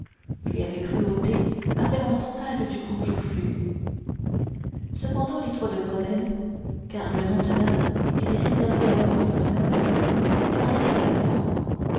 il y avait cruauté à faire un tantale du gros joufflu cependant les trois damoiselles car le nom de dames était réservé alors aux femmes nobles parlaient à la fois